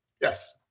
Yes